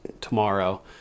tomorrow